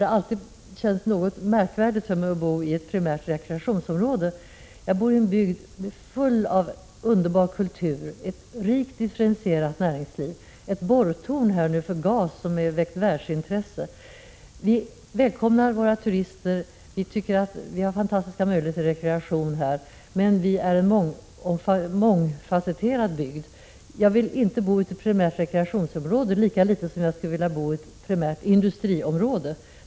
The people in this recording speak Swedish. Det har alltid känts något märkvärdigt för mig att bo i ett primärt rekreationsområde. Jag bor i en bygd full av underbar kultur med ett rikt differentierat näringsliv. Där finns ett borrtorn för gas som har väckt världens intresse. Vi välkomnar våra turister. Vi har fantastiska möjligheter till rekreation, men vi bor i en mångfasetterad bygd. Jag vill inte bo i ett primärt rekreationsområde, lika litet som jag skulle vilja bo i ett primärt industriområde.